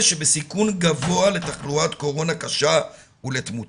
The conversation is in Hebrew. שבסיכון גבוה לתחלואת קורונה קשה ולתמותה.